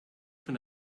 von